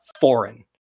foreign